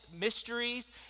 mysteries